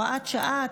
הוראת שעה),